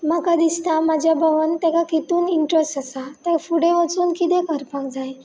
म्हाका दिसता म्हाज्या भावान ताका हितून इंट्रस्ट आसा ताका फुडें वचून किदें करपाक जाय